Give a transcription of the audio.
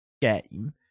game